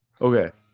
Okay